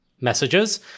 messages